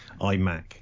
iMac